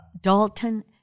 Dalton